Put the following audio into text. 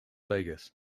vegas